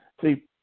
See